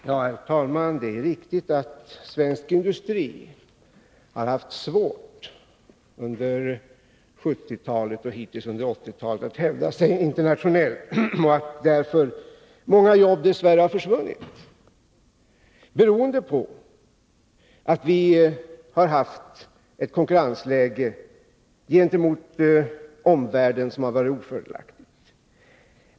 Herr talman! Det är riktigt att svensk industri har haft svårt under 1970-talet och hittills under 1980-talet att hävda sig internationellt och att många jobb dess värre har försvunnit, beroende på att vi har haft ett konkurrensläge gentemot omvärlden som varit ofördelaktigt.